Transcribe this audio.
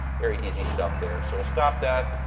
very easy stuff there. so we'll stop that.